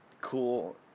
cool